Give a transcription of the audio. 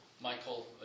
Michael